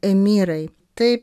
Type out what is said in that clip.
emyrai taip